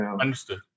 Understood